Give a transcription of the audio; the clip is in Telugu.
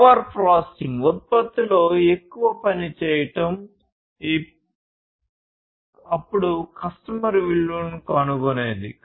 ఓవర్ ప్రాసెసింగ్ ఉత్పత్తిలో ఎక్కువ పని చేయడం అప్పుడు కస్టమర్ విలువను కనుగొనేది